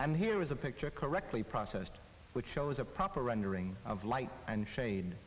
i'm here is a picture correctly processed which shows a proper rendering of light and shade